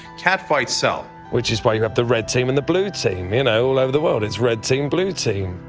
catfights sell. which is why you have the red team and the blue team, you know, all over the world it's red team-blue team.